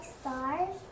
stars